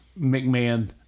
McMahon